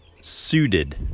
suited